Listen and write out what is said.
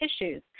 issues